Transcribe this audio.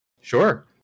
Sure